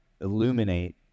illuminate